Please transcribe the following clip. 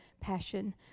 passion